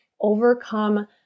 overcome